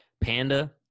Panda